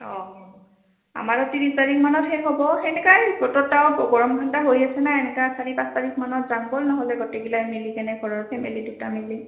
অঁ আমাৰো ত্ৰিছ তাৰিখ মানত শেষ হ'ব তেনেকাই বতৰটাও গৰম ঠাণ্ডা হৈ আছে না এনেকৈ চাৰি পাঁচ তাৰিখ মানত যাওঁ ব'ল নহ'লে গোটেইগিলাই মিলি কেনে ঘৰৰ ফেমিলি দুটা মিলি